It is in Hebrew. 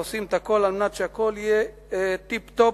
הכול על מנת שהכול יהיה טיפ-טופ,